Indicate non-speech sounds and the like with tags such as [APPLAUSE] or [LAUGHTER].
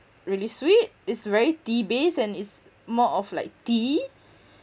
really sweet it's very tea based and it's more of like tea [BREATH]